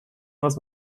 was